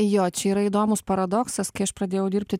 jo čia yra įdomus paradoksas kai aš pradėjau dirbti